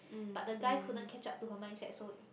but the guy couldn't catch up to her mindset so